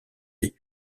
des